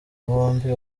bombi